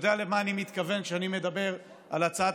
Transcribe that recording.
ויודע למה אני מתכוון כשאני מדבר על הצעת